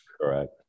Correct